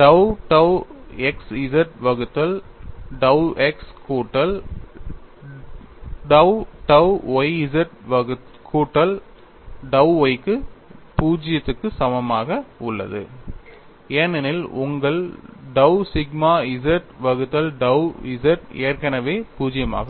dou tau x z வகுத்தல் dou x கூட்டல் dou tau y z கூட்டல் dou y 0 க்கு சமமாக உள்ளது ஏனெனில் உங்கள் dou sigma z வகுத்தல் dou z ஏற்கனவே 0 ஆக உள்ளது